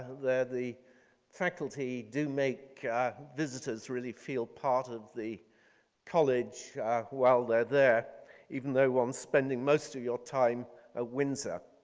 that the faculty do make visitors really feel part of the college while they're there even though one's spending most of your time at ah windsor.